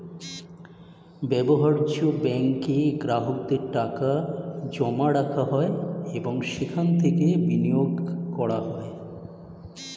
ব্যবহার্য ব্যাঙ্কে গ্রাহকদের টাকা জমা রাখা হয় এবং সেখান থেকে বিনিয়োগ করা হয়